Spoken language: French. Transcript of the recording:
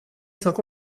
cinq